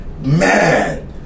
Man